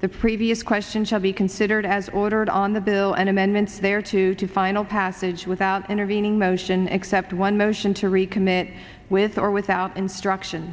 the previous question shall be considered as ordered on the bill and amendments they are to final passage without intervening motion except one motion to recommit with or without instruction